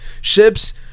ships